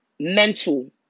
mental